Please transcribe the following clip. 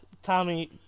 Tommy